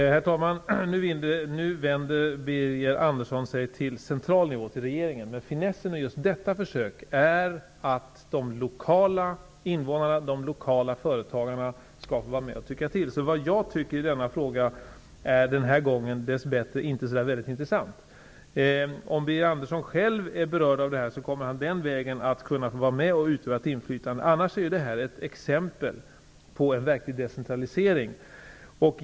Herr talman! Nu vänder sig Birger Andersson till regeringen, till den centrala nivån, men finessen med detta försök är att de lokala invånarna och företagarna skall få tycka till. Vad jag tycker i denna fråga är således denna gång dessbättre inte så intressant. Om Birger Andersson själv berörs, kommer han på denna väg att få utöva ett inflytande. I övrigt är detta ett exempel på en verklig decentralisering.